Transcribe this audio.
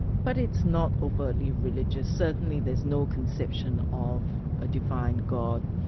but it's not overtly religious. certainly there's no conception of a divine god.